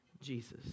Jesus